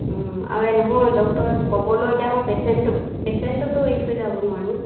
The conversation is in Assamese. আৰু এই নহয় ডক্তৰক ক'বলৈও এতিয়া মই পেচেণ্টটো পেচেণ্টটোতো এৰি থৈ যাব নোৱাৰোঁ